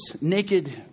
naked